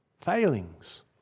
failings